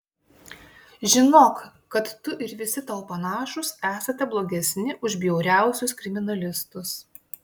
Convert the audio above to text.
žinok kad tu ir visi tau panašūs esate blogesni už bjauriausius kriminalistus